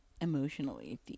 emotionally